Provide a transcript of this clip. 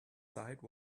side